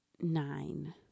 nine